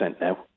now